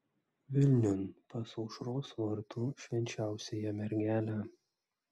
vilniun pas aušros vartų švenčiausiąją mergelę